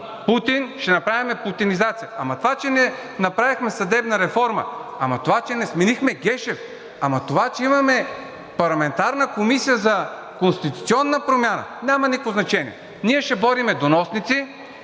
Путин, ще направим депутинизация. Ама това, че не направихме съдебна реформа, ама това, че не сменихме Гешев, ама това, че имаме парламентарна Комисия за конституционна промяна – няма никакво значение. Ние ще борим доносници,